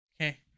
Okay